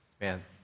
man